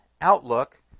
outlook